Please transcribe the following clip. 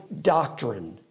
doctrine